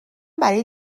برای